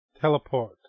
Teleport